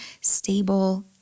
stable